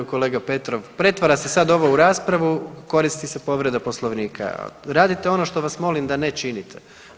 Kolega Petrov, pretvara se sad ovo u raspravu, koristi se povreda Poslovnika, radite ono što vas molim da ne činite.